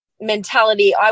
mentality